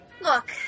Look